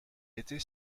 était